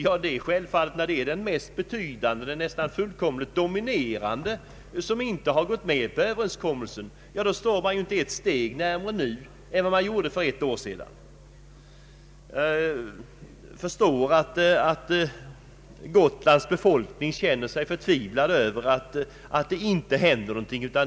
När då denna enda är den mest betydande och den nästan fullkomligt dominerande intressenten, så är det självklart att man inte nu står ett steg närmare en lösning än vad man gjorde för ett år sedan. Jag förstår att Gotlands befolkning känner sig förtvivlad över att det inte händer någonting.